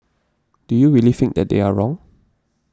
do you really think that they are wrong